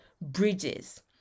bridges